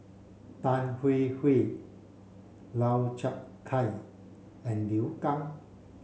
tan Hwee Hwee Lau Chiap Khai and Liu Kang